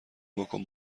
بکن